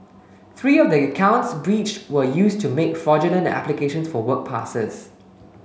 three of the accounts breached were used to make fraudulent applications for work passes